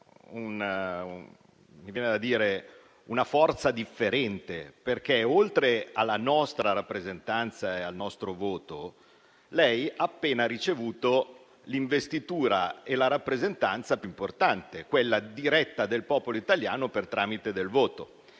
assume una forza differente, perché, oltre alla nostra rappresentanza e al nostro voto, lei ha appena ricevuto l'investitura e la rappresentanza più importante, quella diretta del popolo italiano per il tramite del voto.